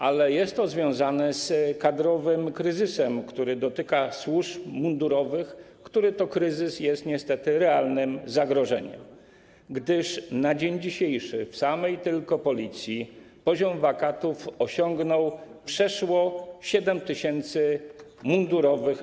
Ale jest to związane z kadrowym kryzysem, który dotyka służb mundurowych, który to kryzys jest niestety realnym zagrożeniem, gdyż na dzień dzisiejszy w samej tylko Policji poziom wakatów osiągnął przeszło 7 tys. etatów mundurowych.